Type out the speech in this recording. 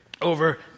over